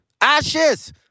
Ashes